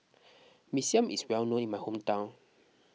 Mee Siam is well known in my hometown